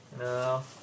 No